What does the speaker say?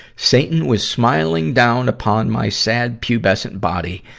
satan was smiling down upon my sad, pubescent body.